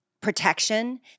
protection